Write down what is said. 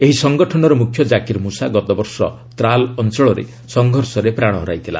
ଏହି ସଂଗଠନର ମୁଖ୍ୟ କାକିର ମୃଷା ଗତବର୍ଷ ତ୍ରାଲ୍ ଅଞ୍ଚଳରେ ସଂଘର୍ଷରେ ପ୍ରାଣ ହରାଇଥିଲା